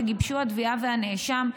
שגיבשו התביעה והנאשם,